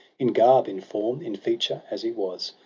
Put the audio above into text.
in garb, in form, in feature as he was,